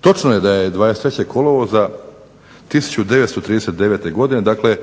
Točno je da je 23. kolovoza 1939. godine, dakle